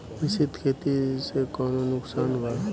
मिश्रित खेती से कौनो नुकसान वा?